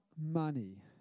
money